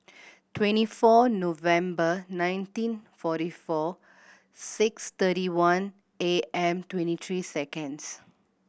twenty four November nineteen forty four six thirty one A M twenty three seconds